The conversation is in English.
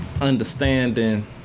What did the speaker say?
understanding